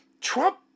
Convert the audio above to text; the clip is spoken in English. Trump